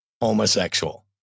homosexual